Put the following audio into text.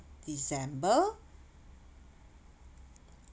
december